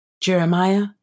Jeremiah